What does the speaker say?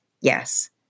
yes